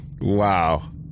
wow